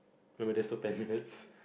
ten minutes